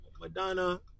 Madonna